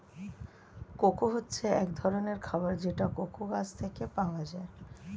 cocoa হচ্ছে এক ধরনের খাবার যেটা কোকো গাছ থেকে পাওয়া যায়